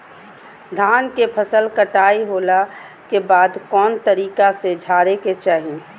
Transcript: धान के फसल कटाई होला के बाद कौन तरीका से झारे के चाहि?